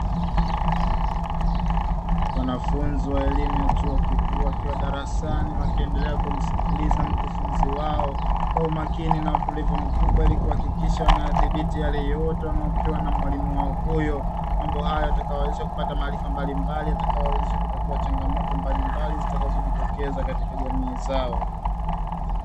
Wanafunzi wa elimu ya chuo kikuu wakiwa darasani, wakiendelea kumsikiliza mkufunzi wao kwa umakini na utulivu mkubwa ili kuhakikisha wanaya dhibiti yale yote wanayopewa na mwalimu wao huyo, mambo hayo yatakayo wawezesha kupata maarifa mbalimbali yatakayo wawezesha kutatua changamoto mbalimbali zitakazo jitokeza katika jamii zao.